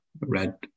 Red